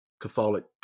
Catholic